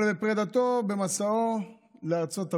אבל בפרידתו, במסעו לארצות הברית,